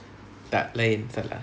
tak lain salah